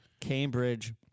Cambridge